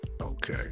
Okay